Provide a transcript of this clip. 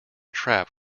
trap